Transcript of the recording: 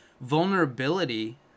vulnerability